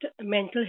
mental